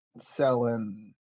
selling